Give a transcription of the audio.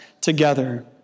together